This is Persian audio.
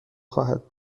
خواهد